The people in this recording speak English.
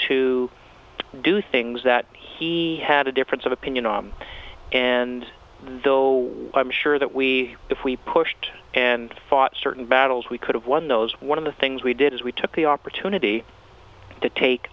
to do things that he had a difference of opinion on and though i'm sure that we if we pushed and fought certain battles we could have won those one of the things we did is we took the opportunity to take